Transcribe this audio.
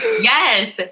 Yes